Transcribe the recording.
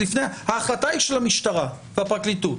ההחלטה היא של המשטרה והפרקליטות.